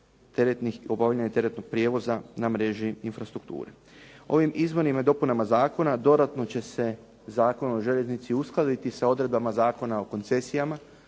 teretnih, obavljanje teretnog prijevoza na mreži infrastrukture. Ovim izmjenama i dopunama zakona dodatno će se Zakon o željeznici uskladiti sa odredbama Zakona o koncesijama